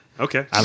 Okay